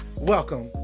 welcome